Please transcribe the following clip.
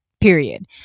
period